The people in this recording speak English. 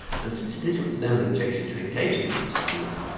and since it isn't for them an objection to engaging in these schemes,